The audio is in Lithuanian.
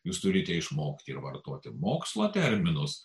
jūs turite išmokti ir vartoti mokslo terminus